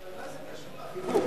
אבל מה זה קשור לחיבוק?